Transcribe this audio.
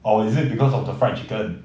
orh is it because of the fried chicken